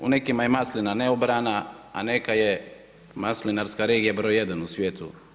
U nekima je maslina neobrana, a neka je maslinarska regija broj 1 u svijetu.